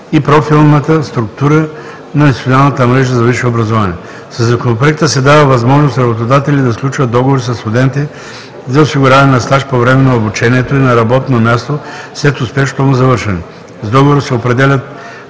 и профилната структура на институционалната мрежа за висше образование. Със Законопроекта се дава възможност работодатели да сключват договор със студенти за осигуряване на стаж по време на обучението и на работно място след успешното му завършване. С договора се определят